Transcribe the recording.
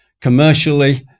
commercially